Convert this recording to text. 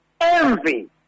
envy